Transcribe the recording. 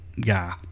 guy